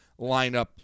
lineup